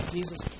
Jesus